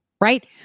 right